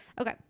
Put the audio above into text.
Okay